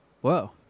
Whoa